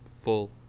full